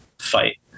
fight